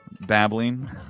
babbling